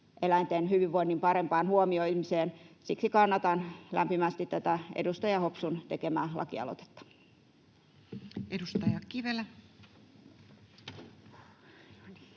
eläinten hyvinvoinnin parempaan huomioimiseen. Siksi kannatan lämpimästi tätä edustaja Hopsun tekemää lakialoitetta.